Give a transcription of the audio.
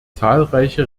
zahlreiche